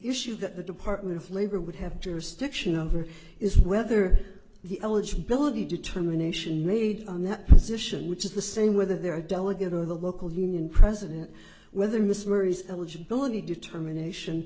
issue that the department of labor would have jurisdiction over is whether the eligibility determination made on that position which is the same whether they're a delegate or the local union president whether mr murray's eligibility determination